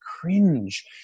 cringe